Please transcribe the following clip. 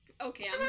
Okay